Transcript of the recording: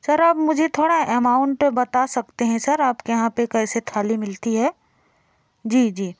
sir आप मुझे थोड़ा अमाउंट पर बता सकते हैं सर आपके यहाँ पे कैसे थाली मिलती है जी जी